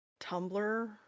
Tumblr